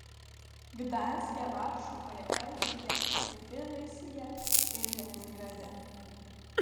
gdanske varšuvoje elbinge tbilisyje ir leningrade